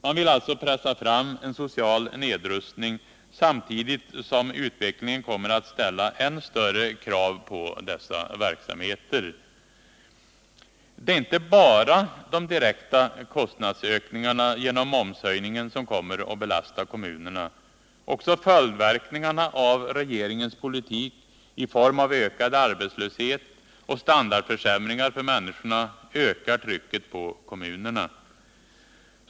Man vill alltså pressa fram en social nedrustning, samtidigt som utvecklingen kommer att ställa än större krav på dessa verksamheter. Det är inte bara de direkta kostnadsökningarna genom momshöjningen som kommer att belasta kommunerna. Också följdverkningarna av regeringens politik i form av ökad arbetslöshet och standardförsämringar för människor ökar trycket på kommunerna.